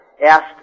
asked